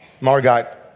Margot